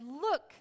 Look